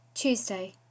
Tuesday